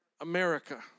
America